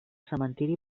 cementiri